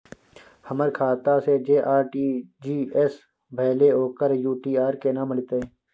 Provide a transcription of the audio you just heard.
हमर खाता से जे आर.टी.जी एस भेलै ओकर यू.टी.आर केना मिलतै?